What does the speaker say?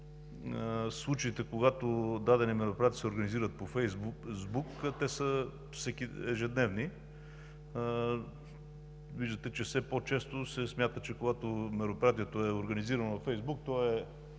случаите, когато дадени мероприятия се организират по Фейсбук, те са ежедневни. Виждате, че все по-често се смята, че когато мероприятието е организирано във Фейсбук, то е